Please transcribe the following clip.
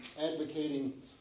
advocating